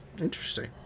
interesting